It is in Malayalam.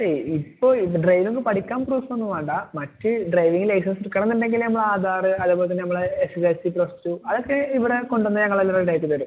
ഏയ് ഇപ്പോൾ ഇത് ഡ്രൈവിങ്ങൊന്നും പഠിക്കാൻ പ്രൂഫൊന്നും വേണ്ട മറ്റ് ഡ്രൈവിങ്ങ് ലൈസൻസ് എടുക്കണമെന്നുണ്ടെങ്കിൽ നമ്മൾ ആധാർ അതേപോലെ തന്നെ നമ്മളുടെ S S L C plus two അതൊക്കെ ഇവിടെ കൊണ്ടുവന്നാൽ ഞങ്ങളെല്ലാം റെഡിയായിട്ട് തരും